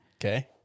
Okay